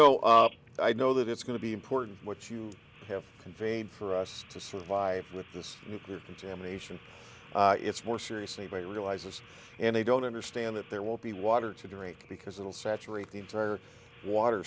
know up i know that it's going to be important what you have conveyed for us to survive with this nuclear contamination it's more seriously by realizes and they don't understand that there will be water to drink because it will saturate the entire water